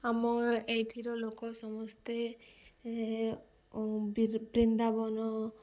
ଆମ ଏଇଥିର ଲୋକ ସମସ୍ତେ ବୃନ୍ଦାବନ